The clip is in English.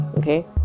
okay